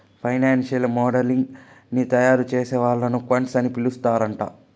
financial modelling ని తయారుచేసే వాళ్ళని క్వాంట్స్ అని పిలుత్తరాంట